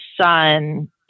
son